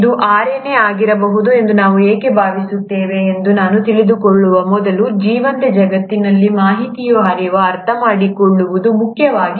ಈಗ ಅದು RNA ಆಗಿರಬಹುದು ಎಂದು ನಾವು ಏಕೆ ಭಾವಿಸುತ್ತೇವೆ ಎಂದು ನಾನು ತಿಳಿದುಕೊಳ್ಳುವ ಮೊದಲು ಜೀವಂತ ಜಗತ್ತಿನಲ್ಲಿ ಮಾಹಿತಿಯ ಹರಿವನ್ನು ಅರ್ಥಮಾಡಿಕೊಳ್ಳುವುದು ಮುಖ್ಯವಾಗಿದೆ